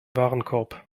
warenkorb